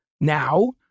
now